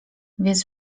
więc